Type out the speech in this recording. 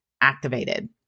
activated